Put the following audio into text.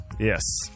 Yes